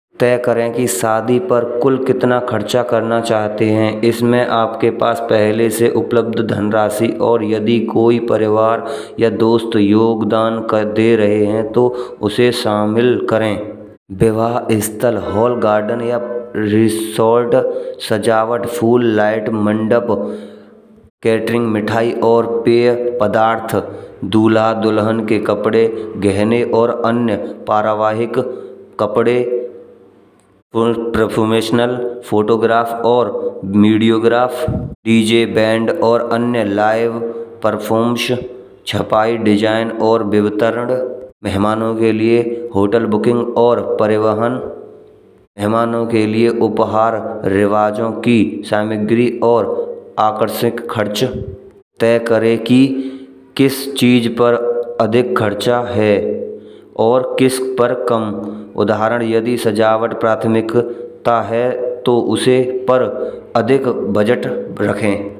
तय करे कि शादी पर कुल कितना खर्चा करना चाहते हैं, इसमें आपके पास पहले से उपलब्ध धनराशि और यदि कोई परिवार या दोस्त योगदान दे रहे हैं तो उसे शामिल करें। विवाह स्थल होले गार्डन या रिसॉर्ट सजावट, फूल, लाइट, मंडप, कैटरिंग, मिठाई और पेय पदार्थ। दूल्हा दुल्हन के कपड़े, गहने और अन्य परिवाहिक कपड़े और प्रोफेशनल फोटोग्राफ और वीडियोग्राफ, डीजे, बैंड और अन्य लाइव परफॉर्मेंस छपाई डिजाइन और वितरण। मेहमानों के लिए होटल बुकिंग और परिवहन। मेहमानों के लिए उपहार, रिवाजों की सामग्री और आकर्षक खर्च तय करें कि किस चीज पर अधिक खर्चा है और किस पर कम। उदाहरण यदि सजावट प्राथमिकता है तो उसी पर अधिक बजट रखें।